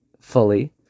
fully